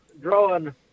drawing